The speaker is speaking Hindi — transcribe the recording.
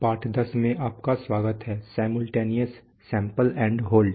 पाठ 10 में आपका स्वागत है सिमुल्टेनियस सैंपल एंड होल्ड